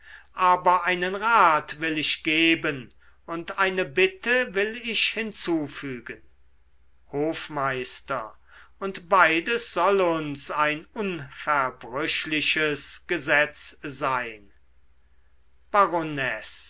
aber einen rat will ich geben und eine bitte will ich hinzufügen hofmeister und beides soll uns ein unverbrüchliches gesetz sein